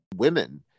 women